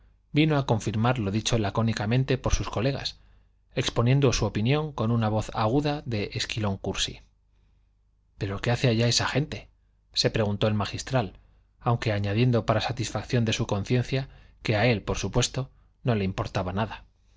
vino a confirmar lo dicho lacónicamente por sus colegas exponiendo su opinión con una voz aguda de esquilón cursi pero qué hace allá esa gente se preguntó el magistral aunque añadiendo para satisfacción de su conciencia que a él por supuesto no le importaba nada